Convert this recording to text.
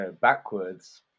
backwards